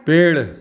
पेड़